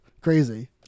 crazy